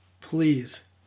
Please